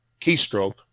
keystroke